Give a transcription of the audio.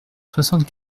soixante